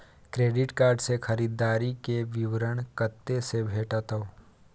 Credit card से खरीददारी के विवरण कत्ते से भेटतै?